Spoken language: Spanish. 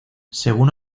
según